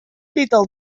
little